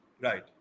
Right